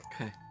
Okay